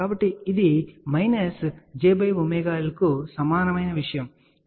కాబట్టి ఇది -jωL కు సమానమైన విషయం సరే